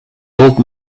old